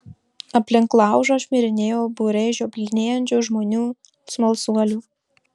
aplink laužą šmirinėjo būriai žioplinėjančių žmonių smalsuolių